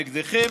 נגדכם,